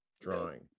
drawing